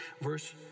Verse